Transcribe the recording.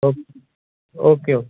O okay okay